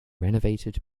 renovated